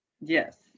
Yes